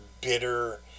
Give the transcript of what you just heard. bitter